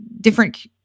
different